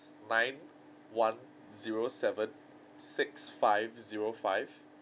nine one zero seven six five zero five